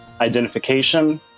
Identification